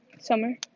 Summer